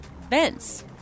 vents